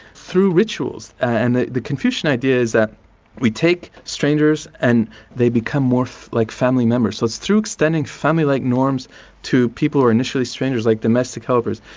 through rituals. and the the confucian idea is that we take strangers and they become more like family members. so it's through extended family-like norms to people initially strangers like domestic helpers,